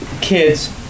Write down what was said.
Kids